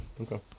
Okay